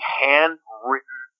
handwritten